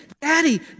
Daddy